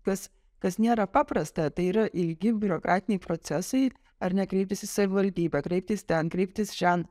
kas kas nėra paprasta tai yra ilgi biurokratiniai procesai ar ne kreiptis į savivaldybę kreiptis ten kreiptis šen